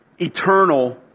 Eternal